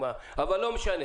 אבל לא משנה